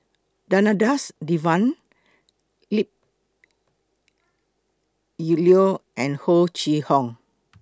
Danadas Devan leap Yip Leo and Ho Chee Hong